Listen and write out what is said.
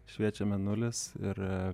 šviečia mėnulis ir